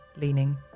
leaning